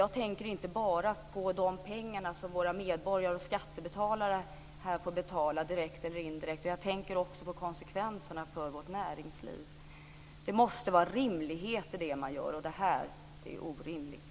Jag tänker inte bara på de pengar som våra medborgare och skattebetalare får betala, direkt eller indirekt, utan jag tänker också på konsekvenserna för vårt näringsliv. Det måste vara rimlighet i det som man gör, men det här är orimligt.